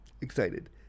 Excited